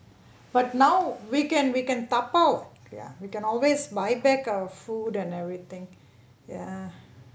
but now we can we can dabao ya we can always buy back our food and everything ya